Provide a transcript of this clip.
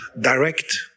direct